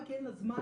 כי אין לה זמן,